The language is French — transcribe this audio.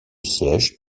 siège